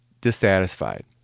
dissatisfied